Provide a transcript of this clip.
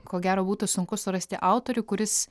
ko gero būtų sunku surasti autorių kuris